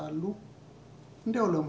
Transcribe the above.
i don't know